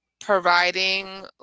providing